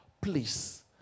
please